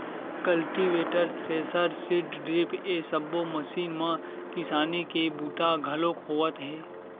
cultivator, thresher, seed drill ए सब्बो machine म किसानी के बूता घलोक होवत हे